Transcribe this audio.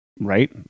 right